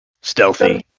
Stealthy